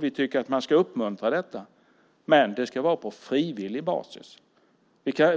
Vi tycker att man ska uppmuntra detta. Det ska dock vara på frivillig basis.